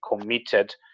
committed